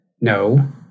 No